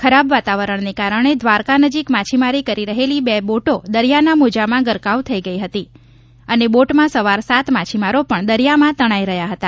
ખરાબ વાતાવરણને કારણે દ્વારકા નજીક માછીમારી કરી રહેલી બે બોટો દરિયાના મોજામાં ગરકાવ થઇ ગઇ હતી અને બોટમાં સવાર સાત માછીમારો પણ દરિયામાં તણાઇ રહ્યા હતા